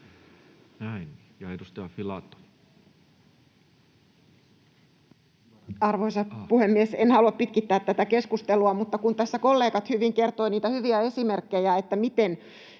17:44 Content: Arvoisa puhemies! En halua pitkittää tätä keskustelua, mutta kun tässä kollegat hyvin kertoivat niitä hyviä esimerkkejä, miten